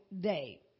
day